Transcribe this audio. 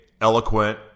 eloquent